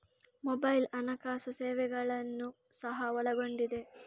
mobile ಹಣಕಾಸು ಸೇವೆಗಳನ್ನು ಸಹ ಒಳಗೊಂಡಿದೆ